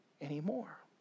anymore